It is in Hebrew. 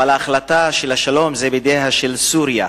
אבל החלטת השלום היא בידיה של סוריה.